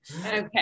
okay